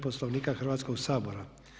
Poslovnika Hrvatskog sabora.